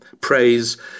praise